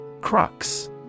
Crux